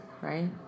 right